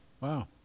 Wow